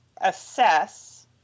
assess